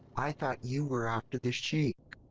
i thought you were after the sheik?